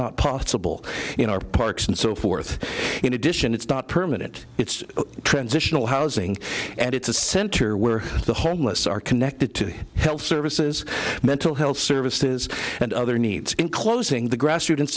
not possible in our parks and so forth in addition it's not permanent it's transitional housing and it's a center where the homeless are connected to health services mental health services and other needs in closing the gra